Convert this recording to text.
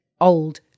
old